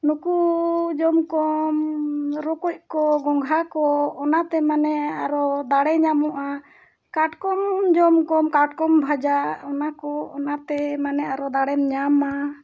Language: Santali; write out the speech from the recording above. ᱱᱩᱠᱩ ᱡᱚᱢ ᱠᱚᱢ ᱨᱚᱠᱚᱡ ᱠᱚ ᱜᱚᱝᱜᱷᱟ ᱠᱚ ᱚᱱᱟᱛᱮ ᱢᱟᱱᱮ ᱟᱨᱚ ᱫᱟᱲᱮ ᱧᱟᱢᱚᱜᱼᱟ ᱠᱟᱴᱠᱚᱢ ᱦᱚᱸ ᱡᱚᱢ ᱠᱚᱢ ᱠᱟᱴᱠᱚᱢ ᱵᱷᱟᱡᱟ ᱚᱱᱟ ᱠᱚ ᱚᱱᱟᱛᱮ ᱢᱟᱱᱮ ᱟᱨᱚ ᱫᱟᱲᱮᱢ ᱧᱟᱢᱟ